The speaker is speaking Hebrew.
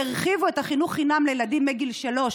הרחיבו את החינוך חינם לילדים מגיל שלוש.